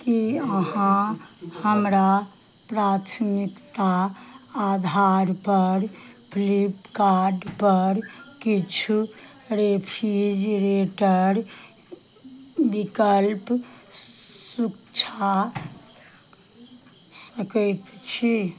की अहाँ हमरा प्राथमिकता आधार पर फ्लिपकार्ट पर किछु रेफ्रिजिरेटर विकल्प सूच्छा सकैत छी